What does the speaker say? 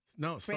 No